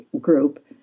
group